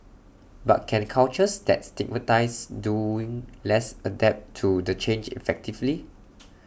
but can cultures that stigmatise doing less adapt to the change effectively